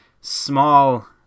small